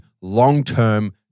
long-term